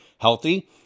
healthy